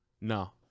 No